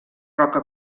roca